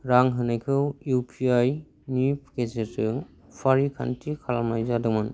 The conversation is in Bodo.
रां होनायखौ इउपिआइनि गेजेरजों फारिखान्थि खालामनाय जादोंमोन